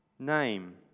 name